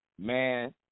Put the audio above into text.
man